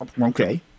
okay